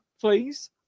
please